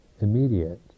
immediate